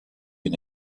une